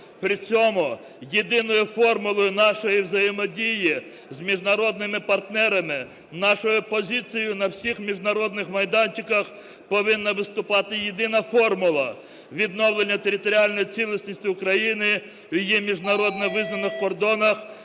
При цьому єдиною формулою нашої взаємодії з міжнародними партнерами, нашою позицією на всіх міжнародних майданчиках повинна виступати єдина формула: відновлення територіальної цілісності України в її міжнародно визнаних кордонах,